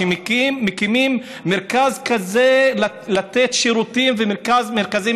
מקימים מרכז כזה לתת שירותים ומרכזים